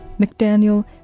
McDaniel